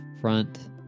front